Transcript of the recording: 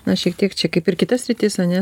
na šiek tiek čia kaip ir kita sritis ane